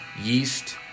yeast